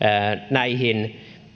näihin